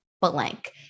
blank